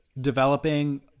developing